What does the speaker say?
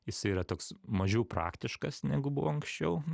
jisai yra toks mažiau praktiškas negu buvo anksčiau